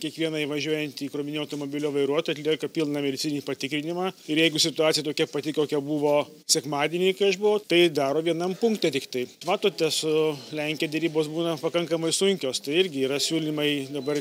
kiekvieną įvažiuojantį krovininio automobilio vairuotoją atlieka pilną medicininį patikrinimą ir jeigu situacija tokia pati kokia buvo sekmadienį kai aš buvau tai daro vienam punkte tiktai matote su lenkija derybos būna pakankamai sunkios tai irgi yra siūlymai dabar